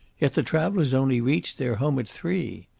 yet the travellers only reached their home at three.